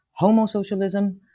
homosocialism